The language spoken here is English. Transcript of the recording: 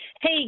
Hey